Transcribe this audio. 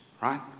right